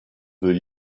veut